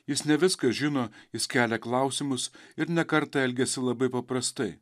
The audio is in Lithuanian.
jis ne viską žino jis kelia klausimus ir ne kartą elgiasi labai paprastai